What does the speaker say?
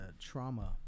Trauma